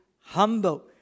humble